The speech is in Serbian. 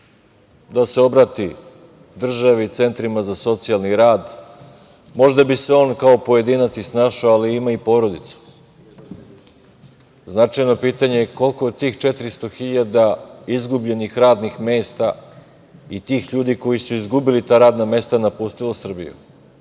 Da se obrati državi, centrima za socijalni rad. Možda bi se on kao pojedinac i snašao, ali ima i porodicu. Značajno pitanje je koliko od 400.000 izgubljenih radnih mesta i tih ljudi koji su izgubili ta radna mesta napustilo Srbiju. Samo,